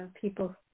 people